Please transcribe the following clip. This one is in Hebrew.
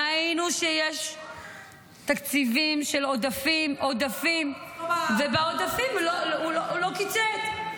ראינו שיש עודפים, ובעודפים הוא לא קיצץ.